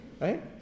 Right